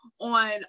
on